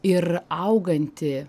ir auganti